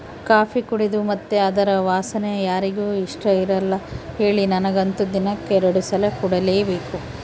coffee ಕುಡೇದು ಮತ್ತೆ ಅದರ ವಾಸನೆ ಯಾರಿಗೆ ಇಷ್ಟಇರಲ್ಲ ಹೇಳಿ ನನಗಂತೂ ದಿನಕ್ಕ ಎರಡು ಸಲ ಕುಡಿಲೇಬೇಕು